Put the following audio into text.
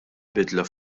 bidla